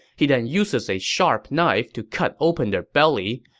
he then uses a sharp knife to cut open their belly,